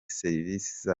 serivisi